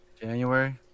January